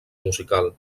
musical